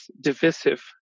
divisive